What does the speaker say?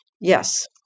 yes